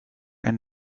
and